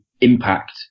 impact